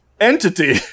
entity